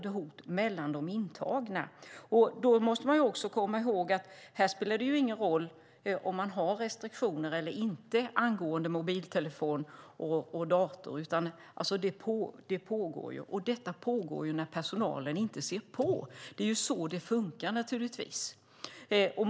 Och då spelar det ingen roll om man har restriktioner eller inte angående mobiltelefon och dator, för detta pågår när personalen inte ser på. Det är naturligtvis så det funkar.